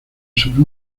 sobre